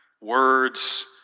words